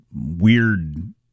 weird